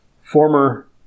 former